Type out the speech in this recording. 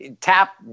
Tap